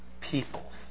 people